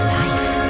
life